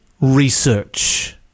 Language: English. research